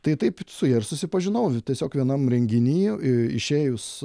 tai taip su ja ir susipažinau tiesiog vienam renginy išėjus